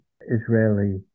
Israeli